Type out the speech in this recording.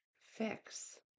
fix